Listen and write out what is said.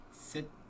sit